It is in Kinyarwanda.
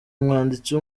umwanditsi